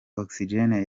oxygene